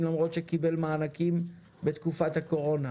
למרות שקיבל מענקים בתקופת הקורונה?